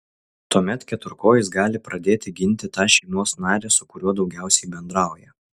tuomet keturkojis gali pradėti ginti tą šeimos narį su kuriuo daugiausiai bendrauja